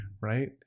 right